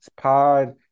pod